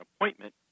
appointment